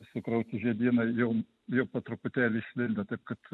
sukrauti žiedynai jau jau po truputėlį išlindę taip kad